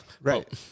right